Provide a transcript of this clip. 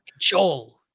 Joel